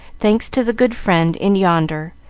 thanks to the good friend in yonder,